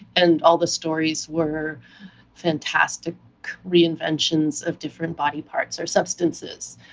and all the stories were fantastic reinventions of different body parts or substances.